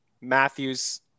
Matthews